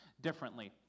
differently